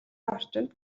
орчинд